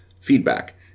feedback